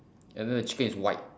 and then the chicken is white